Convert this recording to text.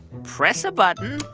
press a button.